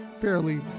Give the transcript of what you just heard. fairly